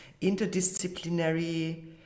interdisciplinary